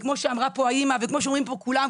כמו שאמרה פה האמא וכמו שאומרים פה כולם.